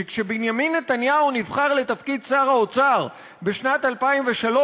שכשבנימין נתניהו נבחר לתפקיד שר האוצר בשנת 2003,